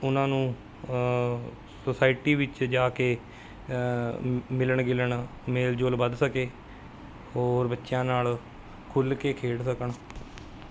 ਉਹਨਾਂ ਨੂੰ ਸੁਸਾਇਟੀ ਵਿੱਚ ਜਾ ਕੇ ਮਿਲਣ ਗਿਲਣ ਮੇਲ ਜੋਲ ਵੱਧ ਸਕੇ ਹੋਰ ਬੱਚਿਆਂ ਨਾਲ਼ ਖੁੱਲ੍ਹ ਕੇ ਖੇਡ ਸਕਣ